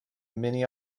many